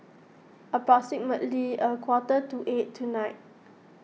approximately a quarter to eight tonight